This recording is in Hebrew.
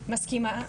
מסכימה.